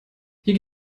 hier